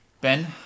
Ben